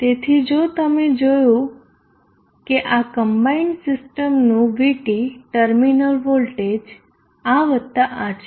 તેથી જો તમે જોયું કે કમ્બાઈન્ડ સિસ્ટમનું VT ટર્મિનલ વોલ્ટેજ આ વત્તા આ છે